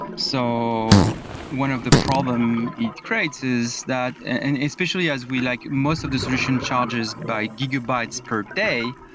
so one of the problem it creates is that and especially as we like most of the solution charges by gigabytes per day,